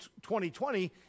2020